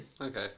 okay